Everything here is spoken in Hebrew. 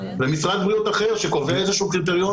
ומשרד בריאות אחר שקובע איזשהו קריטריון